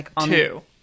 two